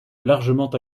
largement